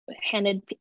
handed